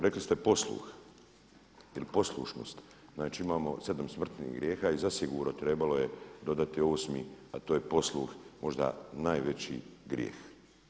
Rekli ste posluh ili poslušnost, znači imao 7 smrtnih grijeha i zasigurno trebalo je dodati 8 a to je posluh, možda najveći grijeh.